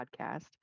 podcast